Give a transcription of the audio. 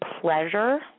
pleasure